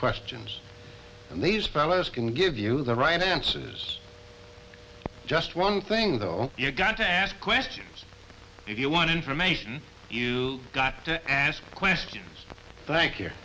questions and these fellows can give you the right answers just one thing though you've got to ask questions if you want information you got to ask questions thank you